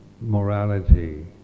morality